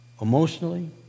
emotionally